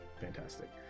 fantastic